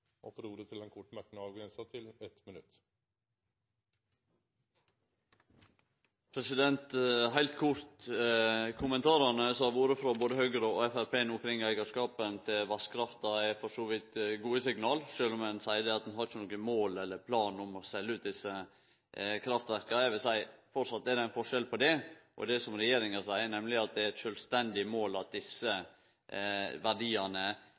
ordet til ein kort merknad, avgrensa til 1 minutt. Heilt kort: Kommentarane som har vore frå både Høgre og Framstegspartiet no kring eigarskapen til vasskrafta, er for så vidt gode signal, sjølv om ein seier at ein ikkje har noko mål eller plan om å selje ut desse kraftverka. Eg vil seie at det fortsatt er ein forskjell på det og det som regjeringa seier, nemleg at det er eit sjølvstendig mål at desse verdiane